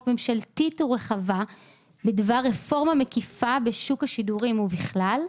ממשלתית ורחבה בדבר רפורמה מקיפה בשוק השידורים ובכלל,